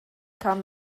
kam